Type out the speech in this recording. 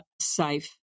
safe